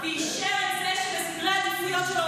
שר הביטחון אישר את זה שבסדרי העדיפויות שלו